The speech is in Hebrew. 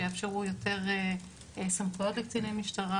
שיאפשרו יותר סמכויות לקציני משטרה.